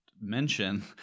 mention